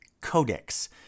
codex